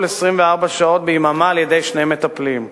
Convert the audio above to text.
צמוד 24 שעות ביממה על-ידי שני מטפלים?